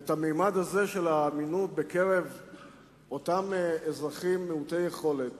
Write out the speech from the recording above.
את הממד הזה של האמינות בקרב אותם אזרחים מעוטי-יכולת,